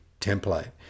template